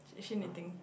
is she knitting